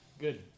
Good